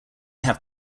have